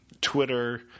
Twitter